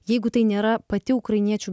jeigu tai nėra pati ukrainiečių